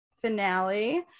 finale